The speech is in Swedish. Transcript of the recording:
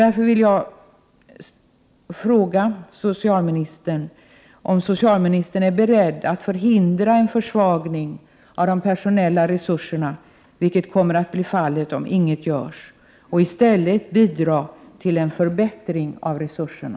Därför vill jag fråga socialministern om han är beredd att förhindra en försvagning av de personella resurserna — vilket kommer att bli följden om ingenting görs — och i stället bidra till en förbättring av resurserna.